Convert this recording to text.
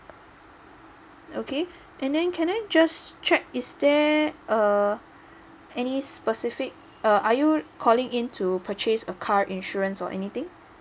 okay and then can I just check is there uh any specific uh are you calling in to purchase a car insurance or anything